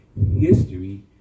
History